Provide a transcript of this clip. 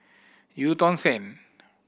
Eu Tong Sen